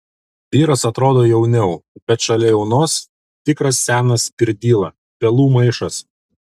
vyras atrodo jauniau bet šalia jaunos tikras senas pirdyla pelų maišas